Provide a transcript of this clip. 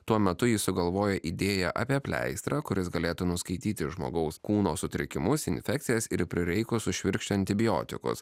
tuo metu ji sugalvojo idėją apie pleistrą kuris galėtų nuskaityti žmogaus kūno sutrikimus infekcijas ir prireikus sušvirkščia antibiotikus